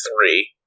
three